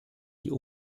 die